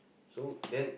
so then